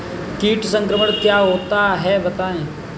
कीट संक्रमण क्या होता है बताएँ?